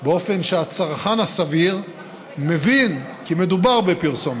באופן שהצרכן הסביר מבין כי מדובר בפרסומת.